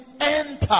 enter